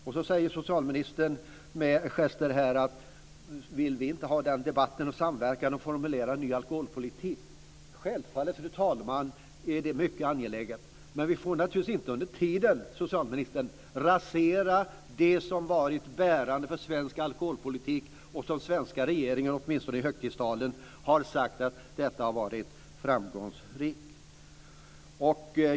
Sedan frågar socialministern med gester här om vi inte vill debattera, samverka och formulera en ny politik. Självfallet, fru talman, är det mycket angeläget. Men vi får naturligtvis inte under tiden, socialministern, rasera det som varit bärande för svensk alkoholpolitik och som svenska regeringar, åtminstone i högtidstalen, har sagt varit framgångsrikt.